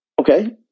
okay